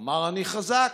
הוא אמר: אני חזק,